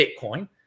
Bitcoin